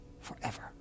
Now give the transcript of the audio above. forever